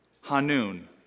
Hanun